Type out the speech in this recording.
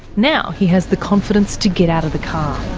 now he has the confidence to get out of the car.